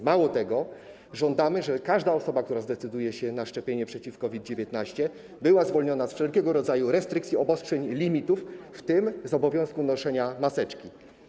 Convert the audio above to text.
Mało tego, żądamy, żeby każda osoba, która zdecyduje się na szczepienie przeciw COVID-19, była zwolniona z wszelkiego rodzaju restrykcji, obostrzeń, limitów, w tym z obowiązku noszenia maseczki.